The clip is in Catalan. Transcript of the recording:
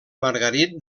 margarit